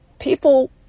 People